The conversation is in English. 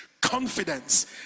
Confidence